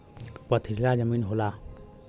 पथरीला जमीन होला